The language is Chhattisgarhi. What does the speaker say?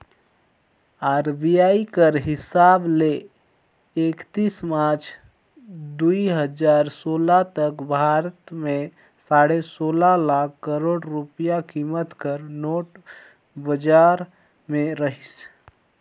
आर.बी.आई कर हिसाब ले एकतीस मार्च दुई हजार सोला तक भारत में साढ़े सोला लाख करोड़ रूपिया कीमत कर नोट बजार में रहिस